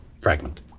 fragment